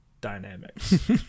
dynamics